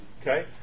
Okay